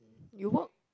you work